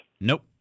Nope